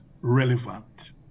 relevant